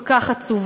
כל כך עצובה,